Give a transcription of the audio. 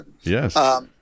yes